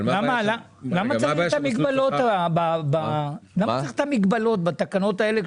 למה צריך מגבלות בתקנות האלה,